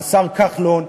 השר כחלון,